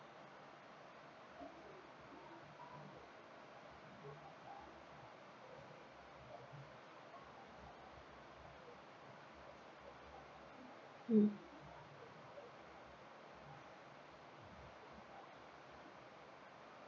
mm